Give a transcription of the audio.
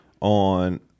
on